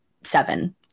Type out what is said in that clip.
seven